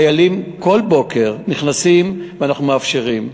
חיילים כל בוקר נכנסים, ואנחנו מאפשרים.